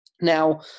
Now